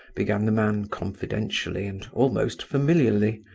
began the man, confidentially and almost familiarly,